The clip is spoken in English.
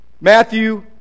Matthew